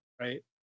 Right